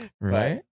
Right